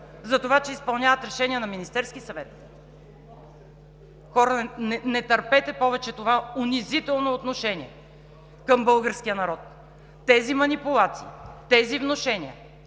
Затова, че изпълняват решения на Министерския съвет? Хора, не търпете повече това унизително отношение към българския народ! Тези манипулации, тези внушения,